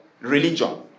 Religion